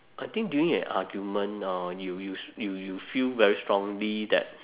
I think during an argument uh you you you you feel very strongly that